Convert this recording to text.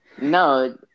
No